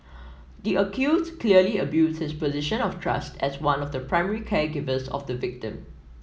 the accused clearly abused his position of trust as one of the primary caregivers of the victim